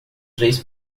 três